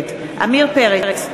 נגד עמיר פרץ,